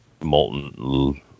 molten